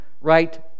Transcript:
right